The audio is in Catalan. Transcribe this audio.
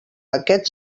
aquests